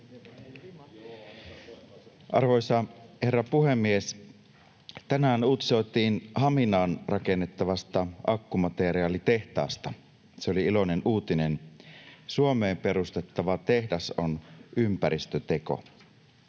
Arvoisa herra puhemies! Tänään uutisoitiin Haminaan rakennettavasta akkumateriaalitehtaasta. Se oli iloinen uutinen. Suomeen perustettava tehdas on ympäristöteko.